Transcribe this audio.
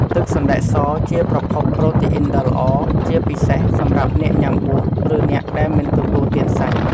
ទឹកសណ្តែកសជាប្រភពប្រូតេអុីនដ៏ល្អ ជាពិសេសសម្រាប់អ្នកញុំាបួស ឬអ្នកដែលមិនទទួលទានសាច់។